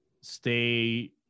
stay